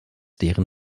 deren